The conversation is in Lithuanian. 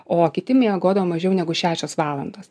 o kiti miegodavo mažiau negu šešios valandos